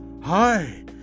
Hi